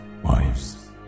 Wives